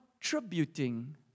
contributing